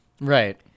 Right